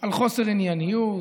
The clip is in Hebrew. על חוסר ענייניות,